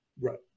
Right